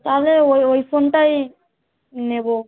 তাহলে ওই ওই ফোনটাই নেবো